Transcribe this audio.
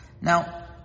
Now